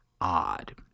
odd